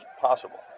possible